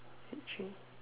train